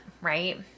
right